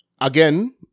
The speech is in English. again